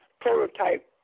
prototype